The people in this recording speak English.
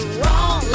wrong